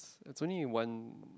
it's only one